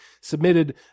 submitted